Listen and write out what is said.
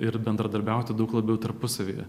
ir bendradarbiauti daug labiau tarpusavyje